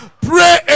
Pray